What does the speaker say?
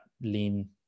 lean